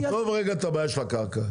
עזוב רגע את הבעיה של הקרקע.